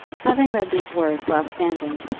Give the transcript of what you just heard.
having read these words while standing,